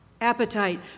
appetite